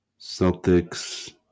Celtics